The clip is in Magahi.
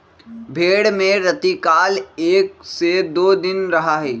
भेंड़ में रतिकाल एक से दो दिन रहा हई